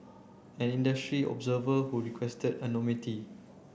an industry observer who requested anonymity